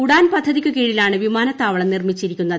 ഉഡാൻ പദ്ധതിക്കു കീഴിലാണ് വിമാനത്തവളം നിർമ്മിച്ചിരിക്കുന്നത്